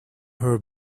her